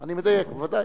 אני מדייק, בוודאי.